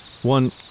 One